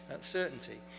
certainty